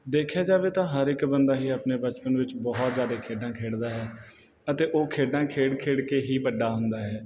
ਦੇਖਿਆ ਜਾਵੇ ਤਾਂ ਹਰ ਇੱਕ ਬੰਦਾ ਹੀ ਆਪਣੇ ਬਚਪਨ ਵਿੱਚ ਬਹੁਤ ਜ਼ਿਆਦਾ ਖੇਡਾਂ ਖੇਡਦਾ ਹੈ ਅਤੇ ਉਹ ਖੇਡਾਂ ਖੇਡ ਖੇਡ ਕੇ ਹੀ ਵੱਡਾ ਹੁੰਦਾ ਹੈ